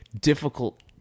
difficult